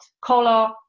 color